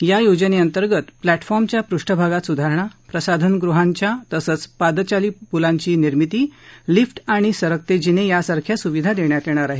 या योजनेअंतर्गत प्लॅ कॉर्मच्या पृष्ठभागात सुधारणा प्रसाधनगृहांच्या सुधारित सुविधा पादचारी पुलांची निर्मिती लिफ आणि सरकते जिने यासारख्या सुविधा देण्यात येणार आहेत